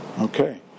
okay